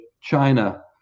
China